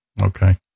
okay